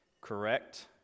correct